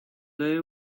they